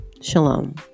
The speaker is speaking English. Shalom